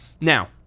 now